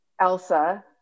Elsa